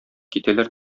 китәләр